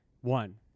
One